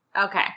Okay